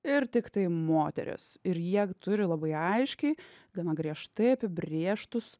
ir tiktai moterys ir jie turi labai aiškiai gana griežtai apibrėžtus